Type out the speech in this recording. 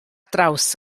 draws